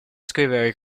scrivere